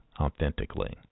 authentically